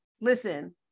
listen